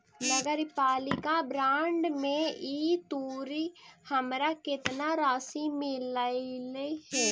नगरपालिका बॉन्ड में ई तुरी हमरा केतना राशि मिललई हे?